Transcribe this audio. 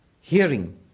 Hearing